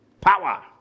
Power